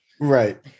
Right